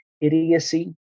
idiocy